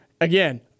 Again